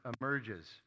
emerges